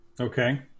Okay